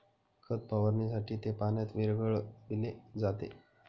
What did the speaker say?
खत फवारणीसाठी ते पाण्यात विरघळविले जाते